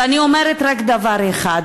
ואני אומרת רק דבר אחד: